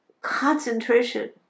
concentration